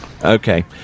okay